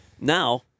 now